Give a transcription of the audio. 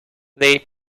they